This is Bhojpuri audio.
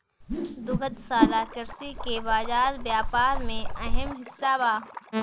दुग्धशाला कृषि के बाजार व्यापार में अहम हिस्सा बा